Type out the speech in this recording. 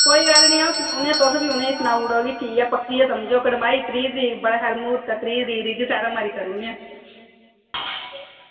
कोई गल्ल निं इंया तुस बी उनेंगी सनाई ओड़ेओ कि ठीक ऐ पक्की गै समझो कड़माई त्रीह् तरीक बड़ा शैल म्हूर्त ऐ करी ओड़ने आं